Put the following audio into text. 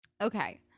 Okay